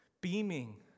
beaming